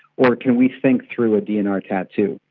or can we think through a dnr tattoo?